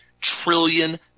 trillion